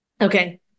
Okay